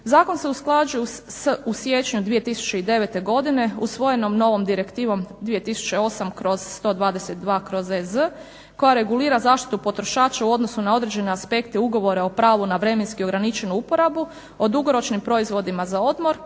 Zakon se usklađuje u siječnju 2009. godine usvojenom novom Direktivom 2008/122/EZ koja regulira zaštitu potrošača u odnosu na određene aspekte Ugovora o pravu na vremenski ograničenu uporabu o dugoročnim proizvodima za odmor,